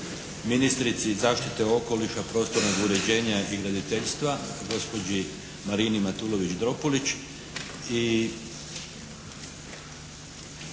ministrici zaštite okoliša, prostornog uređenja i graditeljstva gospođi Marini Matulović Dropulić